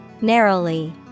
Narrowly